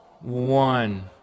One